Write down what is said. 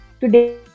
Today